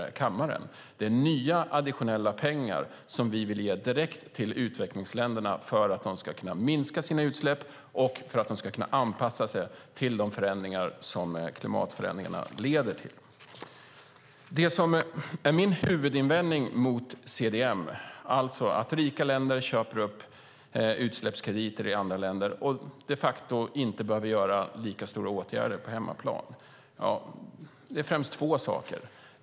Det handlar om nya additionella pengar som vi vill ge direkt till utvecklingsländerna för att de ska kunna minska sina utsläpp och anpassa sig till de förändringar som klimatförändringarna leder till. Mina huvudinvändningar mot CDM, alltså att rika länder köper upp utsläppskrediter i andra länder och de facto inte behöver vidta lika stora åtgärder på hemmaplan, är främst två saker.